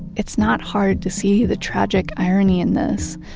it's not hard to see the tragic irony in this.